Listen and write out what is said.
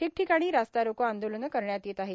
ठिकठिकाणी रस्ता रोको आंदोलन करण्यात येत आहे